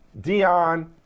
Dion